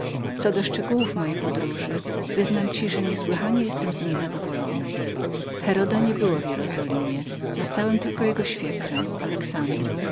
co do szczegołów mojej podróży wyznam ci że niesłychanie jestem z niej zadowolony heroda nie było w jerozolimie zastałem tylko jego świekrę alexandrę